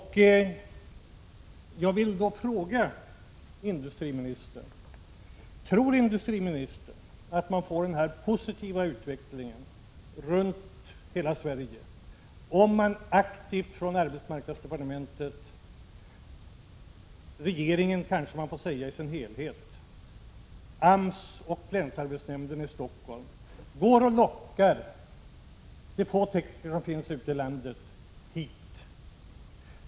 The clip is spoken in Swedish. Jag vill fråga industriministern: Tror industriministern att man får denna positiva utveckling runt hela Sverige om arbetsmarknadsdepartementet — regeringen i sin helhet kanske man får säga — samt AMS och länsarbetsnämnden i Stockholm aktivt lockar hit de få tekniker som finns ute i landet?